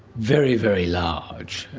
very, very large.